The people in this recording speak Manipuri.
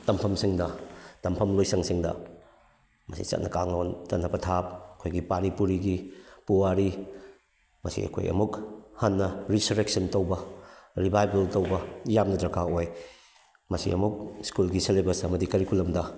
ꯇꯝꯐꯝꯁꯤꯡꯗ ꯇꯝꯐꯝ ꯂꯣꯏꯁꯪꯁꯤꯡꯗ ꯃꯁꯤ ꯆꯠꯅ ꯀꯥꯡꯂꯣꯟ ꯆꯠꯅ ꯄꯊꯥꯞ ꯑꯩꯈꯣꯏꯒꯤ ꯄꯥꯔꯤ ꯄꯨꯔꯤꯒꯤ ꯄꯨꯋꯥꯔꯤ ꯃꯁꯤ ꯑꯩꯈꯣꯏ ꯑꯃꯨꯛ ꯍꯟꯅ ꯔꯤꯁꯔꯦꯛꯁꯟ ꯇꯧꯕ ꯔꯤꯕꯥꯏꯕꯜ ꯇꯧꯕ ꯌꯥꯝꯅ ꯗꯔꯀꯥꯔ ꯑꯣꯏ ꯃꯁꯤ ꯑꯃꯨꯛ ꯁ꯭ꯀꯨꯜꯒꯤ ꯁꯤꯂꯦꯕꯁ ꯑꯃꯗꯤ ꯀꯔꯤꯀꯨꯂꯝꯗ